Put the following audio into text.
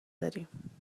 داریم